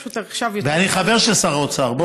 פשוט עכשיו, ואני חבר של שר האוצר.